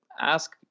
ask